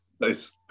nice